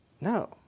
no